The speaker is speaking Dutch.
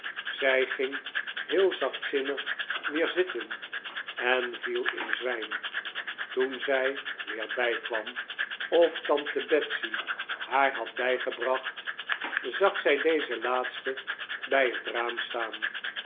zij ging heel zachtzinnig weer zitten en viel in zwijm toen zij weer bijkwam of tante betsey haar had bijgebracht zag zij deze laatste bij het raam staan